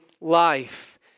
life